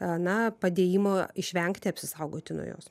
a na padėjimo išvengti apsisaugoti nuo jos